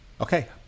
Okay